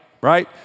Right